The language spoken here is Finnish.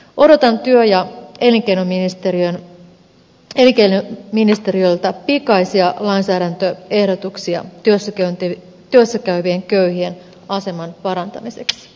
odotan työ ja elinkeinoministeriöltä pikaisia lainsäädäntöehdotuksia työssä käyvien köyhien aseman parantamiseksi